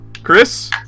Chris